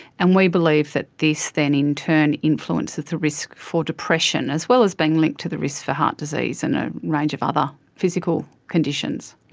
and we believe that this then in turn influences the risk for depression, as well as being linked to the risk for heart disease and a range of other physical conditions.